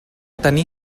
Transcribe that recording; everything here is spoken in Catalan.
tenir